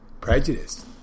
prejudice